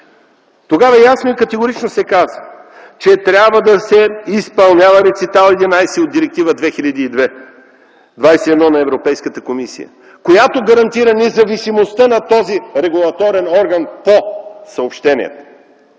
тогава ясно и категорично се каза, че трябва да се изпълнява Рецитал ХІ от Директива 2002/21 на Европейската комисия, която гарантира независимостта на този регулаторен орган по съобщенията